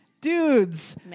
dudes